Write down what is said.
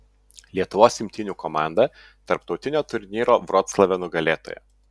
lietuvos imtynių komanda tarptautinio turnyro vroclave nugalėtoja